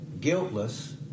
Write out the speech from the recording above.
guiltless